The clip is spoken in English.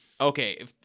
Okay